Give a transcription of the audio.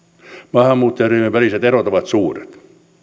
maahanmuuttajaryhmien väliset erot ovat suuret